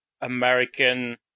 American